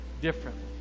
differently